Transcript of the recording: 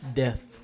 death